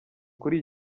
kuri